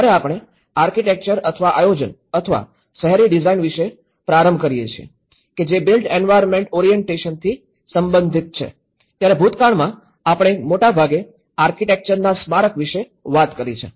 જ્યારે આપણે આર્કિટેક્ચર અથવા આયોજન અથવા શહેરી ડિઝાઇન વિશે પ્રારંભ કરીએ છીએ કે જે બિલ્ટ એન્વાયર્નમેન્ટ ઓરિએન્ટેશનથી સંબંધિત છે ત્યારે ભૂતકાળમાં આપણે મોટાભાગે આર્કિટેક્ચરના સ્મારક વિશે વાત કરી છે